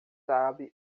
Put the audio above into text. sabe